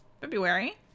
February